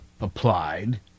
applied